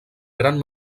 gran